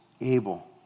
Abel